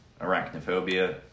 Arachnophobia